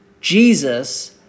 Jesus